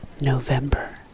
November